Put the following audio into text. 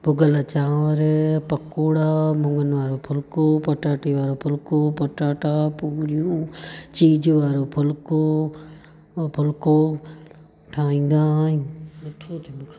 भुॻल चांवर पकौड़ा मुङनि वारो फुलिको पटाटे वारो फुलिको पटाटा पुरियूं चीज वारो फुलिको हुओ फुलिका ठाहींदा आयूं